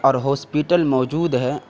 اور ہاسپیٹل موجود ہیں